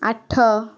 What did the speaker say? ଆଠ